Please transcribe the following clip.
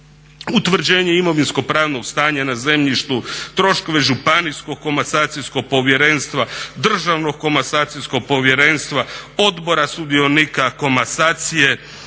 utvrđenje imovinsko pravnog stanja na zemljištu, troškove Županijskog komasacijskog povjerenstva, Državnog komasacijskog povjerenstva, Odbora sudionika komasacije.